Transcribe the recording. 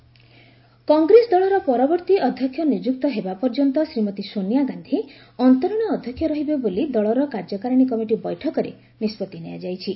ସୋନିଆ ଗାନ୍ଧୀ କଂଗ୍ରେସ ଦଳର ପରବର୍ତ୍ତୀ ଅଧ୍ୟକ୍ଷ ନିଯୁକ୍ତ ହେବା ପର୍ଯ୍ୟନ୍ତ ଶ୍ରୀମତୀ ସୋନିଆ ଗାନ୍ଧୀ ଅନ୍ତରୀଣ ଅଧ୍ୟକ୍ଷ ରହିବେ ବୋଲି ଦଳର କାର୍ଯ୍ୟକାରିଣୀ କମିଟି ବୈଠକରେ ନିଷ୍ପଭି ନିଆଯାଇଛି